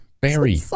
Barry